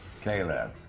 Caleb